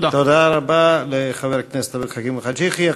תודה רבה לחבר הכנסת עבד אל חכים חאג' יחיא.